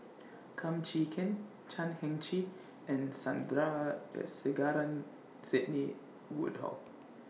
Kum Chee Kin Chan Heng Chee and Sidney Woodhull